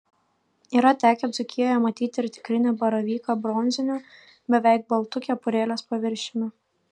yra tekę dzūkijoje matyti ir tikrinį baravyką bronziniu beveik baltu kepurėlės paviršiumi